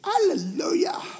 hallelujah